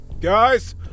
Guys